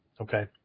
Okay